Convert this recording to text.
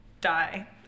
die